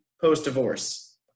post-divorce